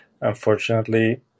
unfortunately